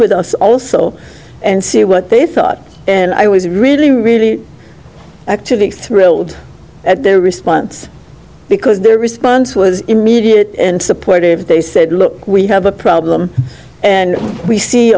with us also and see what they thought and i was really really active x thrilled at their response because their response was immediate and supportive they said look we have a problem and we see